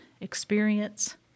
experience